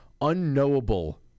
unknowable